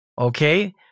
Okay